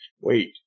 Wait